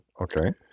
Okay